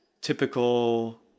typical